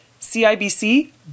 CIBC